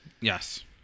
yes